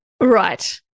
Right